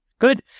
Good